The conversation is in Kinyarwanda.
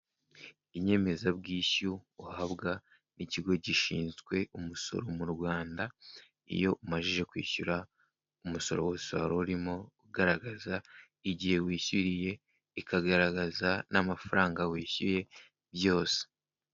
Inyemezabwishyu uhabwa n'ikigo gishinzwe umusoro mu Rwanda, iyo umajije kwishyura umusoro wose wari urimo, ugaragaza igihe wishyuriye ikagaragaza n'amafaranga wishyuye byose.